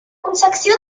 concessió